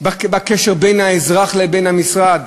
בקשר בין האזרח לבין המשרד